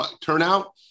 turnout